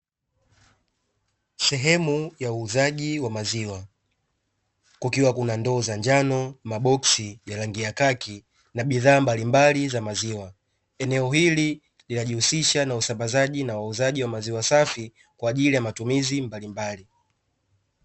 Sehemu ya uuzaji wa maziwa, kukiwa na ndoo za njano, maboksi ya rangi ya kaki, na bidhaa mbalimbali za maziwa. Eneo hili linajihusisha na usambazaji na uuzaji wa maziwa safi, kwa ajili ya matumizi mbalimbali.